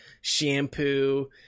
shampoo